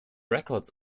records